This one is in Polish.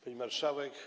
Pani Marszałek!